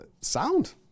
Sound